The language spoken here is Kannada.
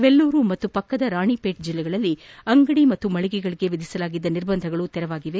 ವೆಲ್ಲೂರು ಮತ್ತು ಪಕ್ಕದ ರಾಣಿಪೇಟ್ ಜಿಲ್ಲೆಗಳಲ್ಲಿ ಅಂಗದಿ ಮಳಿಗೆಗಳಿಗೆ ವಿಧಿಸಲಾಗಿದ್ದ ನಿರ್ಬಂಧಗಳು ತೆರವಾಗಿವೆ